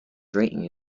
rating